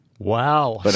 Wow